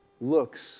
looks